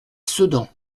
sedan